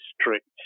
strict